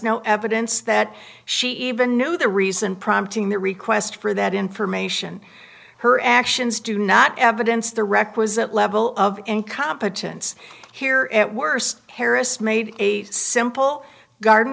no evidence that she even knew the reason prompting the request for that information her actions do not evidence the requisite level of incompetence here at worst harris made a simple garden